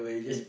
it